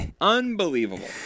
unbelievable